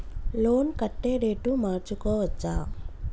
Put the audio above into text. Loan కట్టే date మార్చుకోవచ్చా?